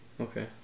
Okay